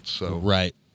Right